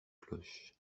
cloches